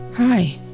Hi